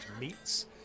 meats